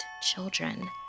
children